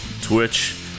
Twitch